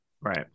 right